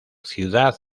ciudad